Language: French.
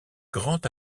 grand